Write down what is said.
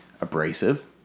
abrasive